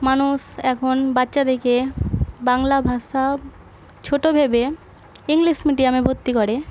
মানুষ এখন বাচ্চাদেরকে বাংলা ভাষা ছোটো ভেবে ইংলিশ মিডিয়ামে ভর্তি করে